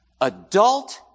adult